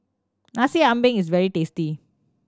Nasi Ambeng is very tasty